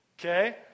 okay